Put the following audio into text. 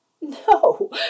No